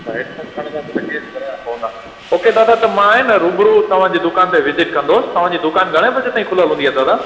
अच्छा हेडफ़ोन खणंदासी पंजवीह सौ भरिणां पवंदा ओके दादा त मां ए न रुबरू तव्हांजी दुकान ते विज़िट कंदुसि तव्हांजी दुकान घणे बजे ताईं खुलियलु हूंदी आहे दादा